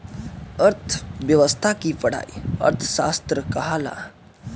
अर्थ्व्यवस्था के पढ़ाई अर्थशास्त्र कहाला